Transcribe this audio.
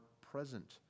present